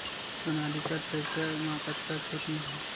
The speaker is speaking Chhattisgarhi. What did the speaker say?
सोनालिका टेक्टर म कतका छूट मिलही?